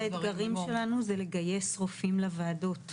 אחד האתגרים שלנו זה לגייס רופאים לוועדות.